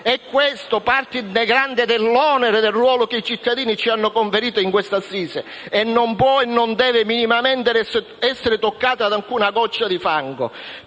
e questa è parte integrante dell'onere del ruolo che i cittadini ci hanno conferito in questa assise e non può e non deve minimamente essere toccata da alcuna goccia di fango.